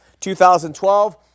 2012